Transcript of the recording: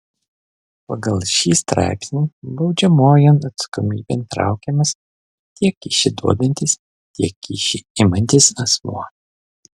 pagal šį straipsnį baudžiamojon atsakomybėn traukiamas tiek kyšį duodantis tiek kyšį imantis asmuo